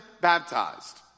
baptized